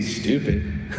stupid